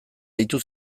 deitu